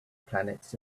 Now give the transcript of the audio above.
planets